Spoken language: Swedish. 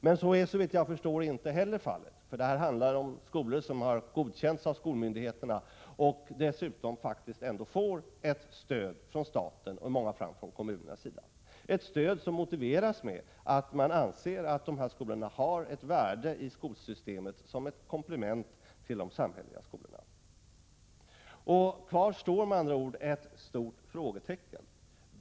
Men så är inte heller fallet, såvitt jag förstår, för det handlar om skolor som har godkänts av skolmyndigheterna och som dessutom faktiskt ändå får ett stöd från staten och i många fall från kommunerna. Det är ett stöd som motiveras med att man anser att dessa skolor har ett värde i skolsystemet som ett komplement till de samhälleliga skolorna. Kvar står med andra ord ett stort frågetecken.